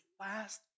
last